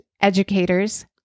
educators